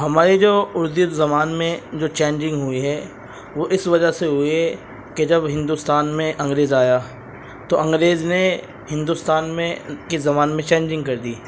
ہماری جو اردو زبان میں جو چینجنگ ہوئی ہے وہ اس وجہ سے ہوئی ہے کہ جب ہندوستان میں انگریز آیا تو انگریز نے ہندوستان میں کی زبان میں چینجنگ کر دی